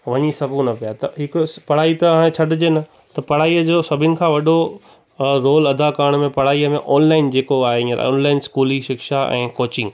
वञी सघूं न पिया त हिकु पढ़ाई त हाणे छॾिजे न त पढ़ाईअ जो सभिनि खां वॾो रोल अदा करण में पढ़ाईअ में ऑनलाइन जेको आहे हींअर ऑनलाइन स्कूली शिक्षा ऐं कोचिंग